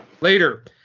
later